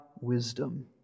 wisdom